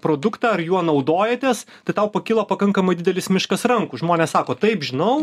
produktą ar juo naudojatės tai tau pakilo pakankamai didelis miškas rankų žmonės sako taip žinau